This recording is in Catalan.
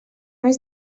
més